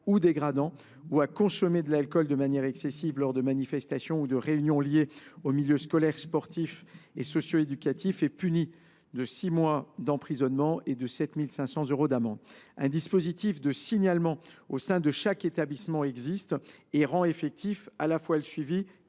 ou dégradants ou à consommer de l’alcool de manière excessive, lors de manifestations ou de réunions liées aux milieux scolaire, sportif et socio éducatif est puni de six mois d’emprisonnement et de 7 500 euros d’amende. » Il existe au sein de chaque établissement un dispositif de signalement, qui rend effectifs à la fois le suivi